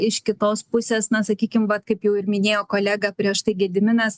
iš kitos pusės na sakykim vat kaip jau ir minėjo kolega prieš tai gediminas